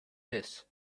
his